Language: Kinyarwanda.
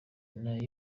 nayo